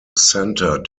centre